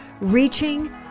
reaching